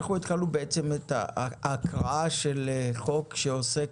אנחנו התחלנו את ההקראה של חוק שעוסק